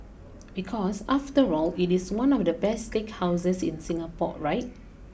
because after all it is one of the best steakhouses in Singapore right